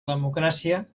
democràcia